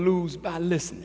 lose by listen